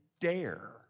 dare